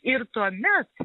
ir tuomet